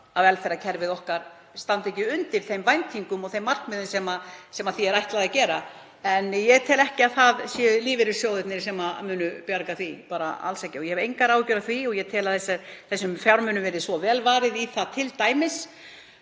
að velferðarkerfið okkar stendur ekki undir þeim væntingum og þeim markmiðum sem því er ætlað að gera. En ég tel ekki að það séu lífeyrissjóðirnir sem muni bjarga því, bara alls ekki. Og ég hef engar áhyggjur af því og tel að þessum fjármunum yrði svo vel varið í það t.d.